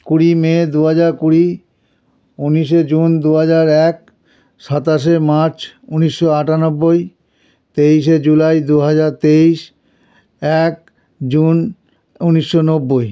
কুড়ি মে দু হাজার কুড়ি উনিশে জুন দু হাজার এক সাতাশে মার্চ উনিশশো আটানব্বই তেইশে জুলাই দু হাজার তেইশ এক জুন উনিশশো নব্বই